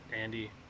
andy